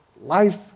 Life